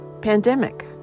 pandemic